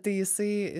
tai jisai